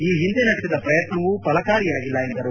ಈ ಹಿಂದೆ ನಡೆಸಿದ ಪ್ರಯತ್ನವು ಫಲಕಾರಿಯಾಗಿಲ್ಲ ಎಂದರು